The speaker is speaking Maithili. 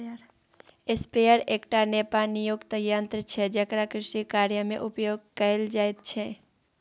स्प्रेयर एकटा नोपानियुक्त यन्त्र छै जेकरा कृषिकार्यमे उपयोग कैल जाइत छै